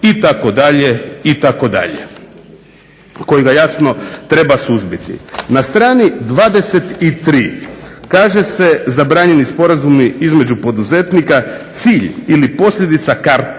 o radu na crno itd. kojega jasno treba suzbiti. Na strani 23 kaže se "zabranjeni sporazumi između poduzetnika cilj ili posljedica kartelnih